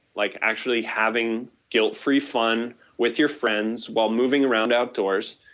like actually having guilt free fun with your friends while moving around outdoors.